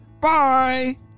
Bye